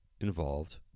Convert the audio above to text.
involved